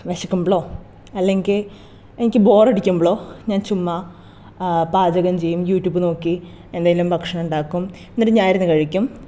വിശക്കുമ്പോഴോ അല്ലെങ്കിൽ എനിക്ക് ബോറടിക്കുമ്പോഴോ ഞാൻ ചുമ്മാതെ പാചകം ചെയ്യും യൂട്യൂബ് നോക്കി എന്തെലും ഭക്ഷണം ഉണ്ടാക്കും എന്നിട്ട് ഞാനിരുന്ന് കഴിക്കും